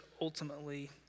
ultimately